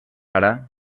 ara